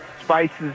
spices